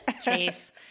Chase